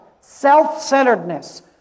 self-centeredness